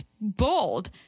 bold